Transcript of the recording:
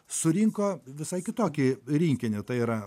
surinko visai kitokį rinkinį tai yra